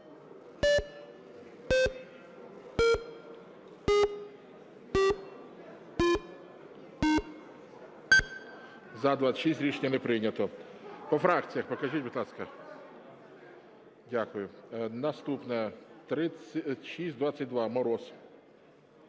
За-26 Рішення не прийнято. По фракціях покажіть, будь ласка. Дякую. Наступна - 3622, Мороз.